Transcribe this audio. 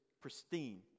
pristine